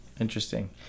interesting